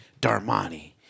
Darmani